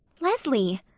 Leslie